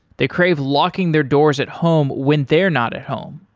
they crave locking their doors at home when they're not at home.